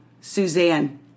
Suzanne